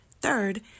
Third